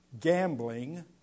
Gambling